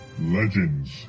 Legends